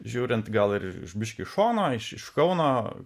žiūrint gal ir biškį iš šono iš iš kauno